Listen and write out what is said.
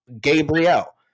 Gabriel